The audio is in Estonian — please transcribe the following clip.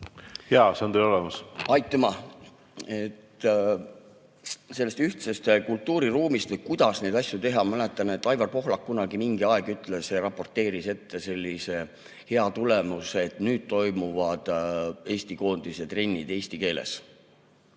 Jaa, see on teil olemas. Aitüma! Sellest ühtsest kultuuriruumist või kuidas neid asju teha, mäletan, et Aivar Pohlak kunagi mingi aeg raporteeris sellisest heast tulemusest, et nüüd toimuvad Eesti koondise trennid eesti keeles.